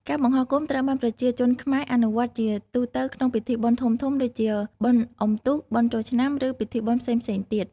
ការបង្ហោះគោមត្រូវបានប្រជាជនខ្មែរអនុវត្តន៍ជាទូទៅក្នុងពិធីបុណ្យធំៗ ដូចជាបុណ្យអុំទូក បុណ្យចូលឆ្នាំ ឬពិធីបុណ្យផ្សេងៗទៀត។